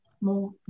more